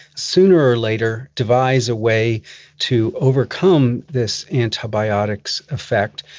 sooner or later devise a way to overcome this antibiotics affect.